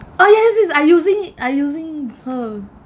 ah yes yes I using it I using her